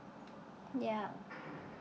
ya